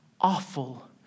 awful